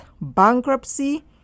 bankruptcy